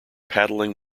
paddling